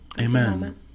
Amen